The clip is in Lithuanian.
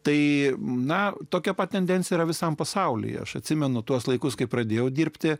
tai na tokia pat tendencija yra visam pasaulyje aš atsimenu tuos laikus kai pradėjau dirbti